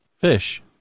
fish